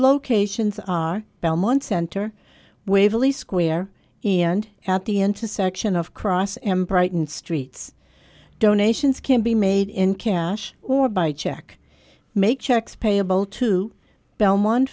locations are belmont center waverly square and at the intersection of cross and bright and streets donations can be made in cash or by check make checks payable to belmont